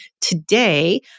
Today